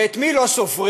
ואת מי לא סופרים?